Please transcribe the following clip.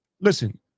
Listen